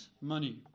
money